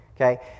Okay